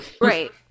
Right